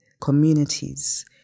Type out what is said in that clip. communities